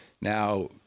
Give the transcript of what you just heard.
Now